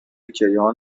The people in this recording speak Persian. کیهان